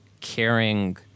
caring